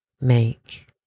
make